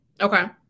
okay